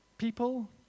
people